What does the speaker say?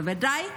בוודאי,